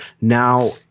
now